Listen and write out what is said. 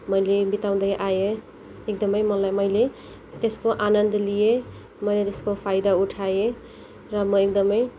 मैले बिताउँदै आएँ एकदमै मङ्गल मैले त्यसको आनन्द लिएँ मैले त्यसको फाइदा उठाएँ र म एकदमै